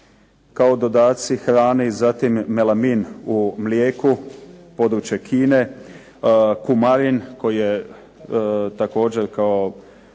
kao dodaci hrani, zatim melamin u mlijeku, područje Kine, kumarin koji je također kao